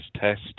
test